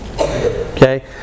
Okay